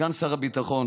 סגן שר הביטחון,